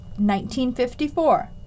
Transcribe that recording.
1954